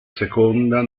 seconda